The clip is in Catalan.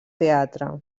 teatre